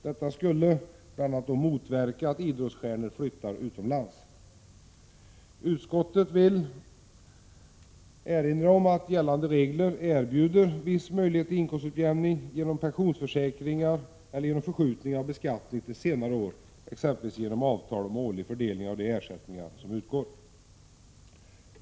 Detta skulle bl.a. motverka att idrottsstjärnor flyttar utomlands. Utskottet erinrar om att gällande regler erbjuder vissa möjligheter till inkomstutjämning genom pensionsförsäkringar eller genom förskjutning av beskattningen till senare år, exempelvis genom avtal om årlig fördelning av de ersättningar som utgår.